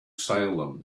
salem